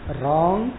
wrong